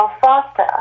faster